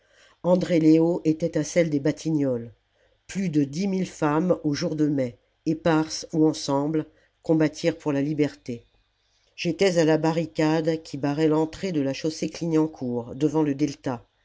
andrée leo était à celles des batignolles plus de dix la commune mille femmes aux jours de mai éparses ou ensemble combattirent pour la liberté j'étais à la barricade qui barrait l'entrée de la chaussée clignancourt devant le delta